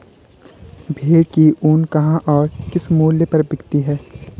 भेड़ की ऊन कहाँ और किस मूल्य पर बिकती है?